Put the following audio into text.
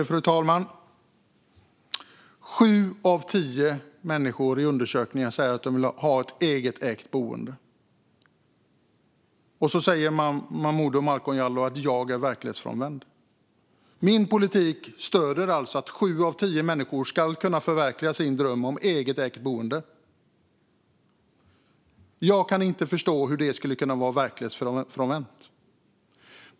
Fru talman! Sju av tio människor säger i undersökningar att de vill ha ett egenägt boende - och Momodou Malcolm Jallow säger att jag är verklighetsfrånvänd. Min politik stöder att sju av tio människor ska kunna förverkliga sin dröm om ett egenägt boende. Jag kan inte förstå hur det skulle kunna vara verklighetsfrånvänt.